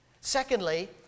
Secondly